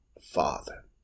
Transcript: father